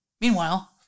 Meanwhile